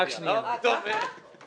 זו